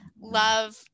love